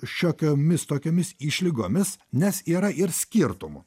šiokiomis tokiomis išlygomis nes yra ir skirtumų